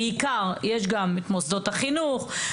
בעיקר יש גם את מוסדות החינוך,